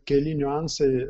keli niuansai